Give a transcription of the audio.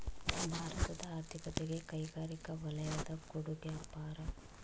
ಭಾರತದ ಆರ್ಥಿಕತೆಗೆ ಕೈಗಾರಿಕಾ ವಲಯದ ಕೊಡುಗೆ ಅಪಾರ